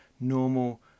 normal